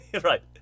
right